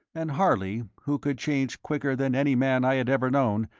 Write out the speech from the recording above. and harley, who could change quicker than any man i had ever known,